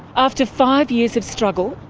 after five years of struggle,